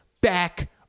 back